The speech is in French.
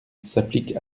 s’applique